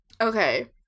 okay